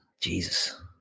Jesus